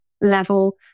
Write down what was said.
level